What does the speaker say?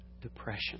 depression